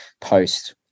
post